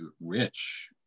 rich